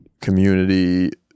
community